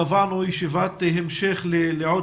קבענו ישיבת המשך לעוד